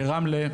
ברמלה,